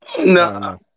No